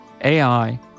AI